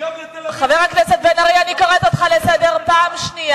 אתה אמור הרי לדבר עוד מעט.